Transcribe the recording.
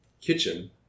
kitchen